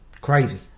Crazy